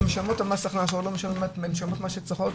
הן משלמות את המס הכנסה או לא משלמות מה שהן צריכות,